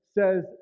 says